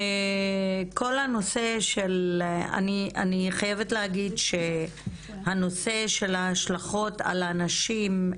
אני חייבת להגיד משהו בנושא של ההשלכות על הנשים,